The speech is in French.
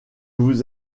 vous